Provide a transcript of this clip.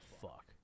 fuck